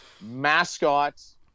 mascots